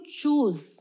choose